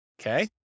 Okay